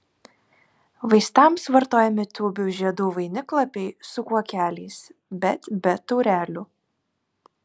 vaistams vartojami tūbių žiedų vainiklapiai su kuokeliais bet be taurelių